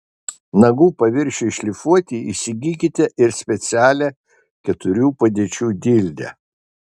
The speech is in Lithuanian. nagų paviršiui šlifuoti įsigykite ir specialią keturių padėčių dildę